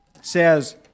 says